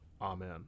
amen